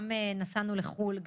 גם נסענו לחו"ל.